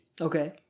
Okay